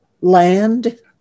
land